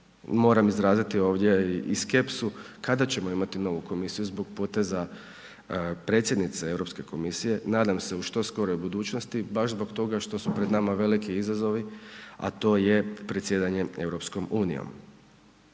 moram izraziti ovdje i skepsu kada ćemo imati novu komisiju zbog poteza predsjednice Europske komisije, nadam se u što skoroj budućnosti baš zbog toga što su pred nama veliki izazovi, a to je predsjedanje Europskom unijom.